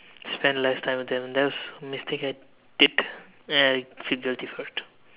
spend less time and that was a mistake I did and I'm figuratively hurt